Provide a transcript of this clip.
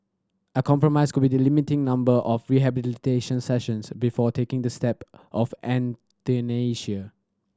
a compromise could be the limiting number of rehabilitation sessions before taking the step of euthanasia